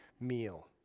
meal